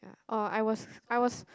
yeah I was I was